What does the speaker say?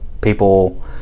people